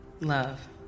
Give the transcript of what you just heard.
Love